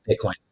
Bitcoin